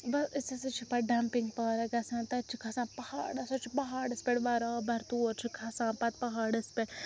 أسۍ ہَسا چھِ پَتہٕ ڈَمپِنٛگ پارَک گَژھان تَتہِ چھِ کھَسان پہاڑس سۄ چھِ پہاڑَس پٮ۪ٹھ بَرابَر تور چھُ کھَسان پَتہٕ پہاڑَس پٮ۪ٹھ